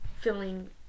feeling